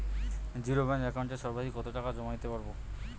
Zero balance একাউন্টে সর্বাধিক কত টাকা জমা দিতে পারব?